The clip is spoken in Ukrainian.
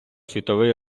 світовий